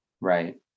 right